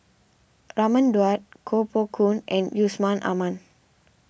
Raman Daud Koh Poh Koon and Yusman Aman